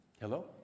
Hello